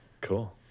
Cool